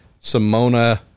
Simona